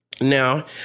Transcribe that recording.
Now